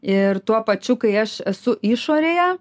ir tuo pačiu kai aš esu išorėje